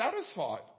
satisfied